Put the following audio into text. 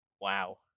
Wow